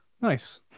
Nice